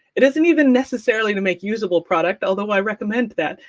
it isn't even necessarily to make usable product, although i recommend that,